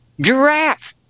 Giraffe